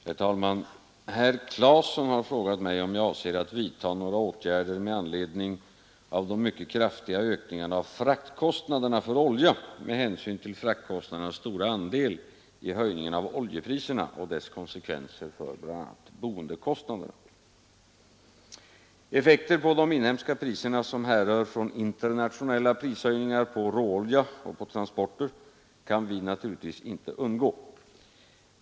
Herr talman! Herr Claeson har frågat mig, om jag avser att vidta några åtgärder med anledning av de mycket kraftiga ökningarna av fraktkostnaderna för olja med hänsyn till fraktkostnadernas stora andel i höjningen av oljepriserna och dess konsekvenser för bl.a. boendekostnaderna. Effekter på de inhemska priserna som härrör från internationella prishöjningar på råolja och transporter kan vi naturligtvis inte undgå.